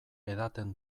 edaten